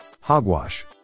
Hogwash